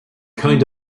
kind